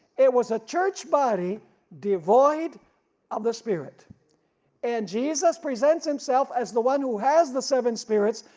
it was a church body devoid of the spirit and jesus presents himself as the one who has the seven spirits,